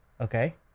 Okay